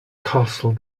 castle